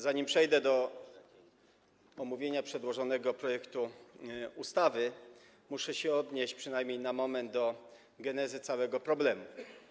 Zanim przejdę do omówienia przedłożonego projektu ustawy, muszę się odnieść przynajmniej na moment do genezy całego problemu.